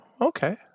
okay